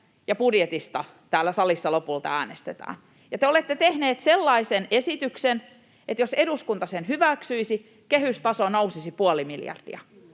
ja budjetista täällä salissa lopulta äänestetään, ja te olette tehneet sellaisen esityksen, että jos eduskunta sen hyväksyisi, kehystaso nousisi puoli miljardia.